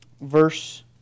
verse